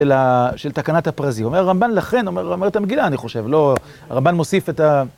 של תקנת הפרזי, אומר הרמבן לכן, אומר את המגילה אני חושב, הרמבן מוסיף את ה...